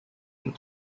and